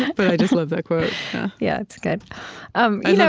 but i just love that quote yeah, it's good um you know